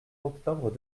octobre